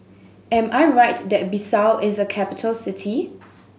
am I right that Bissau is a capital city